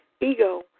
ego